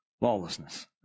lawlessness